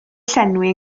llenwi